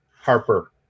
Harper